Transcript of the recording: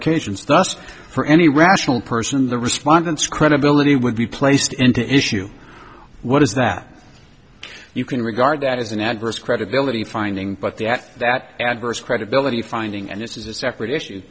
occasions thus for any rational person the respondents credibility would be placed into issue what is that you can regard that as an adverse credibility finding but the at that adverse credibility finding and this is a separate issue